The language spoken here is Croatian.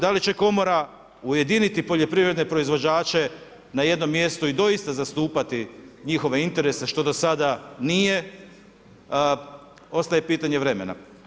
Da li će komora ujedinit poljoprivredne proizvođače na jednom mjestu i doista zastupati njihove interese što do sada nije, ostaje pitanje vremena.